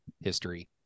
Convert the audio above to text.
history